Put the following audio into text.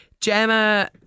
Gemma